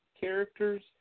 characters